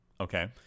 Okay